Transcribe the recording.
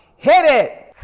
hit it.